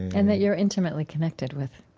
and that you're intimately connected with